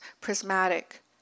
prismatic